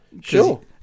Sure